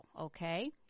Okay